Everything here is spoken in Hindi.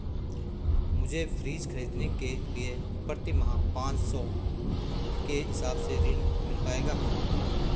मुझे फ्रीज खरीदने के लिए प्रति माह पाँच सौ के हिसाब से ऋण मिल पाएगा?